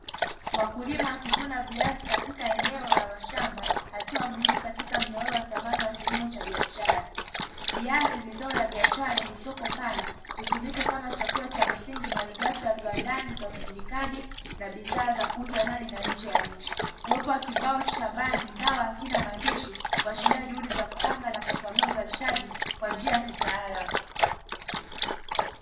Wakulima wakivuna viazi katika eneo la mashamba, hatua muhimu katika mnyororo wa thamani wa kilimo cha biashara. Viazi ni zao la biashara lenye soko pana, hutumika kama chakula cha msingi, malighafi ya viwandani vya usindikaji na bidhaa za kuuza ndani na nje ya nchi. Uwepo wa kibao cha bani ingawa hakina maandishi huashiria juhudi za kupanga na kusimamia uzalishaji kwa njia ya kitaalamu.